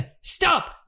stop